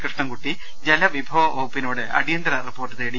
കൃഷ്ണൻകുട്ടി ജലവിഭവ വകു പ്പിനോട് അടിയന്തര റിപ്പോർട്ട് തേടി